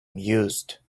mused